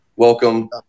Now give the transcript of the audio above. Welcome